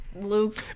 luke